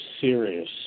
serious